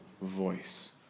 voice